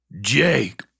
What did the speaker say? Jake